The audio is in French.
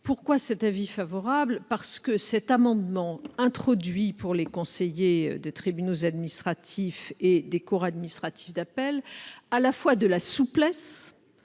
Pourquoi ? Parce que cet amendement introduit pour les conseillers des tribunaux administratifs et des cours administratives d'appel de la souplesse